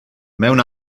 mewn